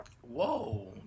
Whoa